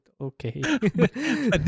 okay